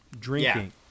drinking